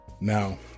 Now